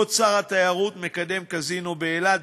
בעוד שר התיירות מקדם קזינו באילת,